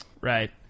Right